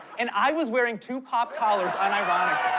and i was wearing two popped collars unironically.